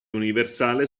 universale